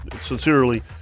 sincerely